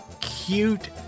cute